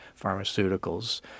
Pharmaceuticals